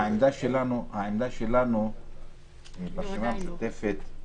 העמדה שלנו, של הרשימה המשותפת,